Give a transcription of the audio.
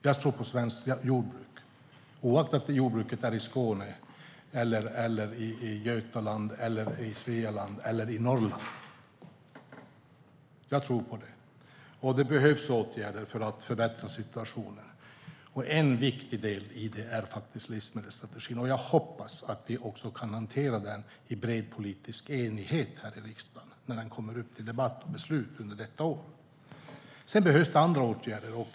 Jag tror på svenskt jordbruk oavsett om det utövas i Skåne, Götaland, Svealand eller Norrland. Det behövs åtgärder för att förbättra situationen. En viktig del är faktiskt livsmedelsstrategin. Jag hoppas att vi kan hantera den i bred politisk enighet här i riksdagen när frågan kommer upp till debatt och beslut under detta år. Det behövs även andra åtgärder.